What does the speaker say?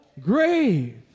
grave